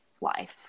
life